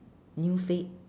new fad